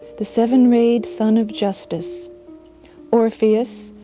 the seven rayed sun of justice orpheus,